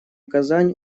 казань